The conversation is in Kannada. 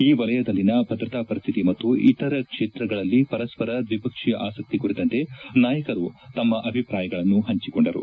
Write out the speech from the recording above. ಈ ವಲಯದಲ್ಲಿನ ಭದ್ರತಾ ಪರಿಸ್ತಿತಿ ಮತ್ತು ಇತರ ಕ್ಷೇತ್ರಗಳಲ್ಲಿ ಪರಸ್ಸರ ದ್ವಿಪಕ್ಷೀಯ ಆಸಕ್ತಿ ಕುರಿತಂತೆ ನಾಯಕರು ತಮ್ಮ ಅಭಿಪ್ರಾಯಗಳನ್ನು ಹಂಚಿಕೊಂಡರು